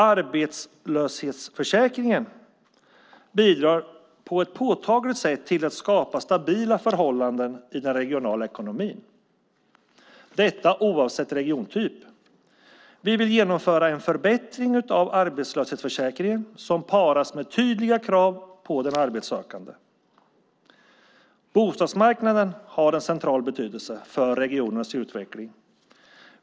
Arbetslöshetsförsäkringen bidrar på ett påtagligt sätt till att skapa stabila förhållanden i den regionala ekonomin, oavsett regiontyp. Vi vill genomföra en förbättring av arbetslöshetsförsäkringen som paras med tydliga krav på den arbetssökande. Bostadsmarknaden har en central betydelse för regionernas utveckling.